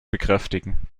bekräftigen